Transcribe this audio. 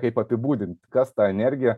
kaip apibūdinti kas ta energija